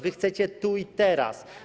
Wy chcecie tu i teraz.